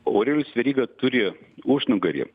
aurelijus veryga turi užnugarį